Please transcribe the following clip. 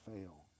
fail